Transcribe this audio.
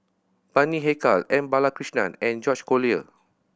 Bani Haykal M Balakrishnan and George Collyer